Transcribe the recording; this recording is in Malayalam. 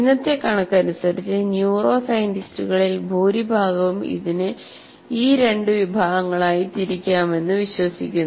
ഇന്നത്തെ കണക്കനുസരിച്ച് ന്യൂറോ സയന്റിസ്റ്റുകളിൽ ഭൂരിഭാഗവും ഇതിനെ ഈ രണ്ട് വിഭാഗങ്ങളായി തിരിക്കാമെന്ന് വിശ്വസിക്കുന്നു